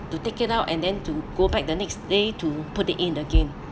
to take it out and then to go back the next day to put it in again